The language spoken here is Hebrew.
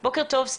שלום, בוקר טוב.